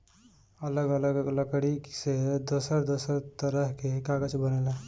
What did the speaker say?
अलग अलग लकड़ी से दूसर दूसर तरह के कागज बनेला